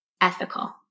ethical